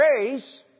grace